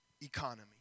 economy